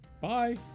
Bye